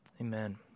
Amen